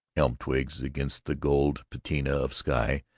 elm twigs against the gold patina of sky,